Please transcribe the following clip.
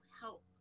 help